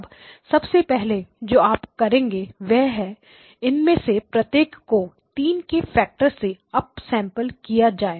अब सबसे पहले जो आप करेंगे वह है इनमें से प्रत्येक को 3 के फैक्टर से अप सैंपल किया जाए